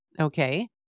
Okay